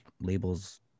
labels